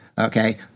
okay